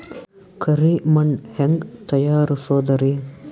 ಕರಿ ಮಣ್ ಹೆಂಗ್ ತಯಾರಸೋದರಿ?